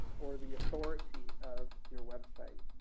for the authority of your website.